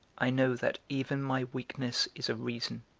i know that even my weakness is a reason,